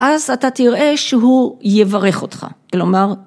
‫אז אתה תראה שהוא יברך אותך, כלומר